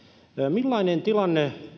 millainen tilanne